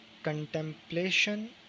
contemplation